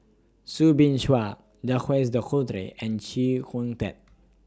Soo Bin Chua Jacques De Coutre and Chee Kong Tet